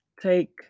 take